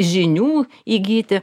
žinių įgyti